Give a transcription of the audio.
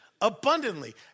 abundantly